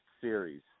series